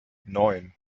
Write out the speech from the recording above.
neun